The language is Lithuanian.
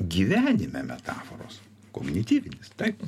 gyvenime metaforos kognityvinis taip